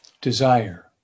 desire